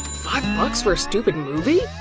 five bucks for a stupid movie?